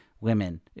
women